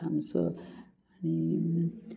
थामसो आनी